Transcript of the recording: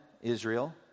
Israel